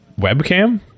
webcam